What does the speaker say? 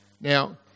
Now